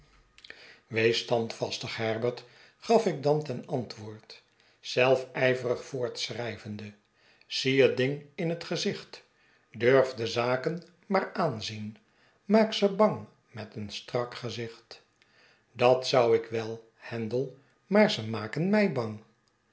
wees standvastig herbert gaf ik dan ten antwoord zelf ijverig voortschrijvende zie het ding in het gezicht durf de zaken maar aanzien maak ze bang met een strak gezicht dat zou ik wel handel maar ze maken mij bang